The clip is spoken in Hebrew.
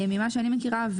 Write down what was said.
ממה שאני מכירה,